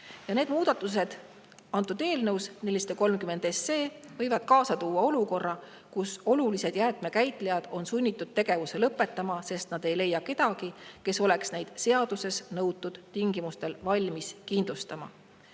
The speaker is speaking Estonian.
muudatused eelnõus 430 võivad kaasa tuua olukorra, kus olulised jäätmekäitlejad on sunnitud tegevuse lõpetama, sest nad ei leia kedagi, kes oleks valmis neid seaduses nõutud tingimustel kindlustama.